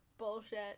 Bullshit